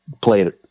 played